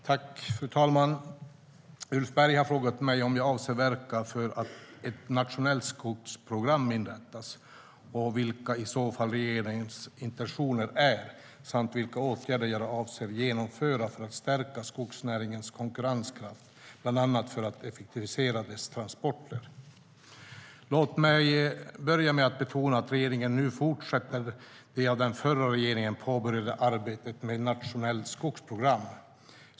Fru talman! Ulf Berg har frågat mig om jag avser att verka för att ett nationellt skogsprogram inrättas och vilka regeringens intentioner i så fall är samt vilka åtgärder jag avser att genomföra för att stärka skogsnäringens konkurrenskraft, bland annat för att effektivisera dess transporter. Låt mig börja med att betona att regeringen nu fortsätter det av den förra regeringen påbörjade arbetet med ett nationellt skogsprogram.